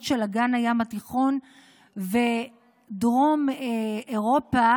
של אגן הים התיכון ודרום אירופה,